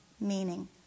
meaning